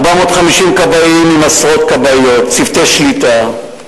450 כבאים עם עשרות כבאיות וצוותי שליטה.